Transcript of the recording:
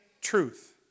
truth